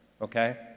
Okay